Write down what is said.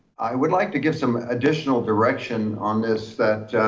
i would like to give some additional direction on this, that